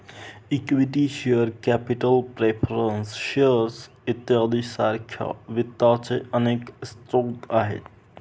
equity share capital preference shares इत्यादी सारख्या वित्ताचे अनेक स्रोत आहेत